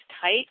tight